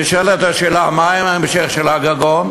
נשאלת השאלה: מה עם ההמשך של הגגון?